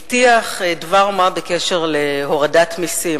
הבטיח דבר מה בקשר להורדת מסים.